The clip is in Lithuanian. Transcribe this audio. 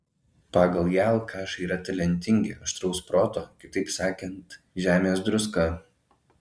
pagal ją alkašai yra talentingi aštraus proto kitaip sakant žemės druska